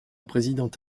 présidente